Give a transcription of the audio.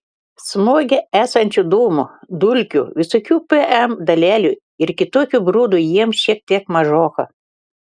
smoge esančių dūmų dulkių visokių pm dalelių ir kitokio brudo jiems šiek tiek mažoka